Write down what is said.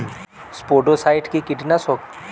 স্পোডোসাইট কি কীটনাশক?